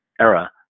era